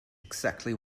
exactly